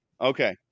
okay